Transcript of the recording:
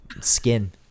skin